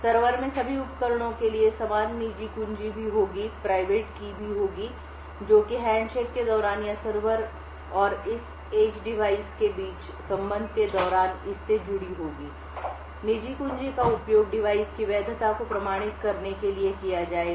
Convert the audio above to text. server में सभी उपकरणों के लिए समान निजी कुंजी भी होगी जो कि हैंडशेक के दौरान या सर्वर और इस एज डिवाइस के बीच संबंध के दौरान और इससे जुड़ी होगी निजी कुंजी का उपयोग डिवाइस की वैधता को प्रमाणित करने के लिए किया जाएगा